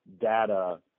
data